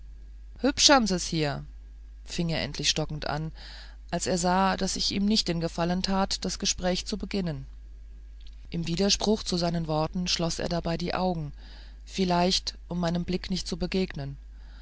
hübsch ham se's hier fing er endlich stockend an als er sah daß ich ihm nicht den gefallen tat das gespräch zu beginnen im widerspruch zu seinen worten schloß er dabei die augen vielleicht um meinem blick nicht zu begegnen